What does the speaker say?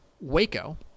Waco